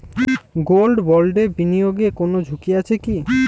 Gold বন্ডে বিনিয়োগে কোন ঝুঁকি আছে কি?